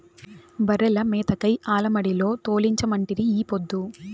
బర్రెల మేతకై ఆల మడిలో తోలించమంటిరి ఈ పొద్దు